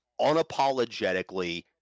unapologetically